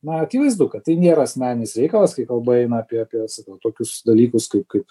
na akivaizdu kad tai nėra asmeninis reikalas kai kalba eina apie apie sakau tokius dalykus kaip kaip